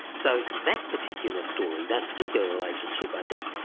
so that particular story, that particular relationship, i think,